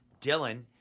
Dylan